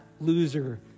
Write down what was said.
loser